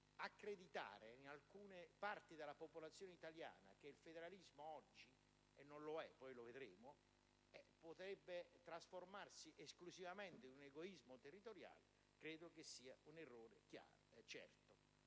accreditare in alcune parti della popolazione italiana che il federalismo oggi - e non lo è, e poi lo vedremo - potrebbe trasformarsi esclusivamente in un egoismo territoriale. Ecco perché, signor Ministro,